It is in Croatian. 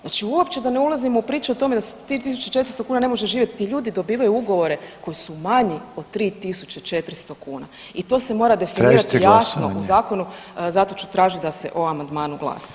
Znači uopće da ne ulazimo u priču o tome da se s 3.400 ne može živjeti, ti ljudi dobivaju ugovore koji su manji od 3.400 kuna i to se mora definirati [[Upadica: Tražite glasovanje?]] jasno u zakonu zato ću tražiti da se o amandmanu glasa.